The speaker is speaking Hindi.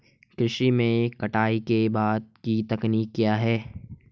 कृषि में कटाई के बाद की तकनीक क्या है?